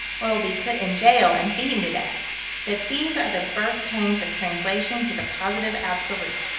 or will be put in jail and beaten to death that these are the birth-pangs of translation to the positive absolute.